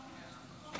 יואב.